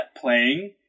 playing